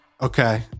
Okay